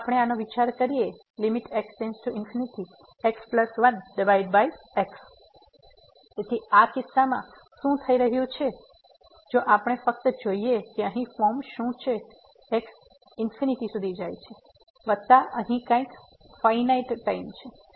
તેથી જો આપણે આનો વિચાર કરીએ x1x ⁡ તેથી આ કિસ્સામાં શું થઈ રહ્યું છે જો આપણે ફક્ત જોઈએ કે અહીં ફોર્મ શું છે તેથી x ∞ સુધી જાય છે વત્તા અહીં કંઈક ફાઈનાઈટ છે